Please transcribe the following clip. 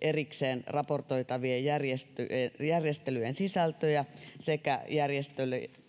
erikseen raportoitavien järjestelyjen sisältöjä sekä